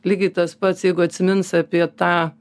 lygiai tas pats jeigu atsimins apie tą